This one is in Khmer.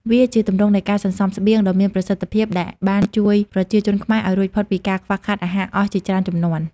វាជាទម្រង់នៃការសន្សំស្បៀងដ៏មានប្រសិទ្ធភាព ដែលបានជួយប្រជាជនខ្មែរឱ្យរួចផុតពីការខ្វះខាតអាហារអស់ជាច្រើនជំនាន់។